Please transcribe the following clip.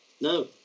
no